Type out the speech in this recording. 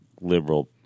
liberal